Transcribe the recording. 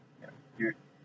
yeah you